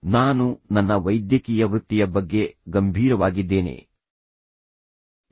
ನಾನು ನನ್ನ ವೈದ್ಯಕೀಯ ವೃತ್ತಿಯ ಬಗ್ಗೆ ಗಂಭೀರವಾಗಿದ್ದೇನೆ ವೈದ್ಯರಿಗೆ ಇದು ಒಳ್ಳೆಯದಲ್ಲ ಎಂದು ನನಗೆ ತಿಳಿದಿತ್ತು